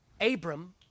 Abram